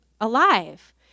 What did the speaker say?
alive